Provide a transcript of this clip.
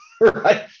right